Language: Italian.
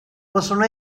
possono